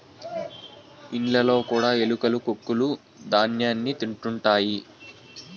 ఇండ్లలో కూడా ఎలుకలు కొక్కులూ ధ్యాన్యాన్ని తింటుంటాయి